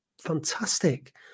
fantastic